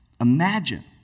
imagine